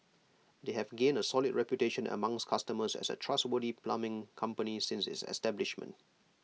they have gained A solid reputation amongst customers as A trustworthy plumbing company since its establishment